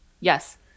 Yes